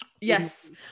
yes